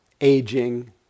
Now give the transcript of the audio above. aging